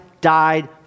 died